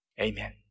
Amen